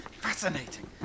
Fascinating